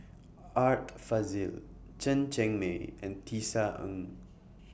Art Fazil Chen Cheng Mei and Tisa Ng